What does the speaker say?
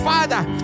Father